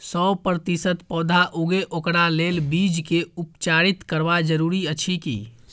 सौ प्रतिसत पौधा उगे ओकरा लेल बीज के उपचारित करबा जरूरी अछि की?